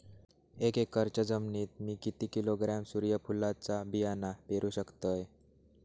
एक एकरच्या जमिनीत मी किती किलोग्रॅम सूर्यफुलचा बियाणा पेरु शकतय?